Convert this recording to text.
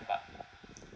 but